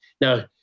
Now